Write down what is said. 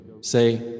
Say